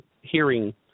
hearing –